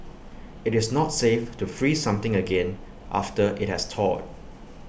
IT is not safe to freeze something again after IT has thawed